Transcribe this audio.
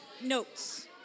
notes